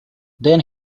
then